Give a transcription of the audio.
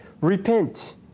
Repent